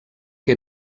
que